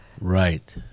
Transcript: Right